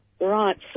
Right